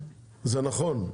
זה נכון,